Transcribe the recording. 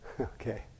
Okay